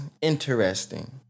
interesting